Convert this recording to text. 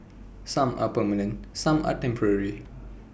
some are permanent some are temporary